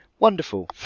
wonderful